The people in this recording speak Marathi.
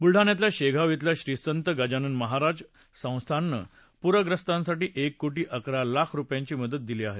बुलडाण्यातल्या शेगांव इथल्या श्री संत गजानन महाराज संस्थाननं पुरग्रस्तांसाठी एक कोटी अकरा लाख रुपयांची मदत दिली हे